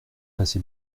passé